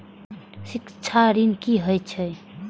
शिक्षा ऋण की होय छै?